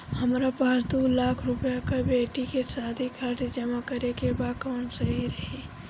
हमरा पास दू लाख रुपया बा बेटी के शादी खातिर जमा करे के बा कवन सही रही?